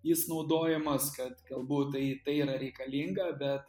jis naudojamas kad gal būt tai tai yra reikalinga bet